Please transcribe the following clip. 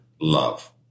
love